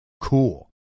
cool